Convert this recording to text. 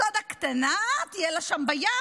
רפסודה קטנה תהיה לה שם בים,